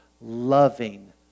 loving